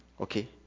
Okay